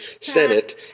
Senate